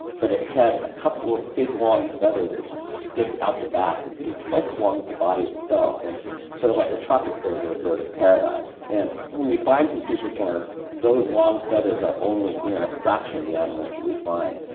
but it had a couple of big, long feathers that stick out the back that can be twice as long as the body itself, and sort of like a tropic bird or a bird of paradise. and when we find confuciusornis, those long feathers are only in a fraction of the animals that we find,